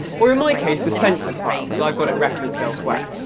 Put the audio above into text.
or in my case the sensors file because i've got it referenced elsewhere.